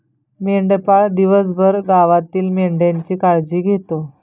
मेंढपाळ दिवसभर गावातील मेंढ्यांची काळजी घेतो